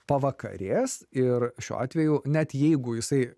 pavakarės ir šiuo atveju net jeigu jisai